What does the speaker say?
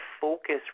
focus